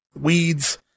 weeds